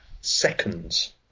seconds